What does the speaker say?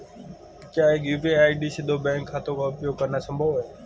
क्या एक ही यू.पी.आई से दो बैंक खातों का उपयोग करना संभव है?